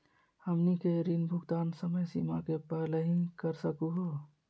हमनी के ऋण भुगतान समय सीमा के पहलही कर सकू हो?